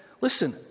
listen